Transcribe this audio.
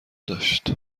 داشت